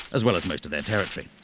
as well as most of their territory.